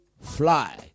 Fly